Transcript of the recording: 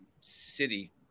City